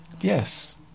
yes